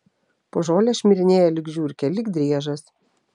po žolę šmirinėja lyg žiurkė lyg driežas